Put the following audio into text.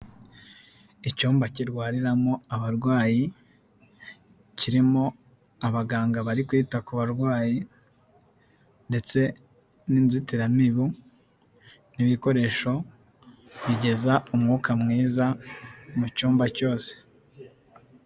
Icyumba kirwariramo abarwayi, kirimo abaganga bari kwita ku barwayi ndetse n'inzitiramibu n'ibikoresho bigeza umwuka mwiza mu cyumba cyose.